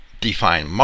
define